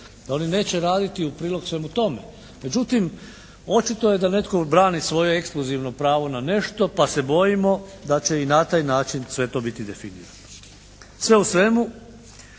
da oni neće raditi u prilog svemu tome. Međutim, očito je da netko brani svoje ekskluzivno pravo na nešto pa se bojimo da će i na taj način sve to biti definirano. Sve u svemu